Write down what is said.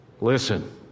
listen